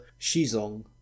Shizong